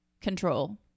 control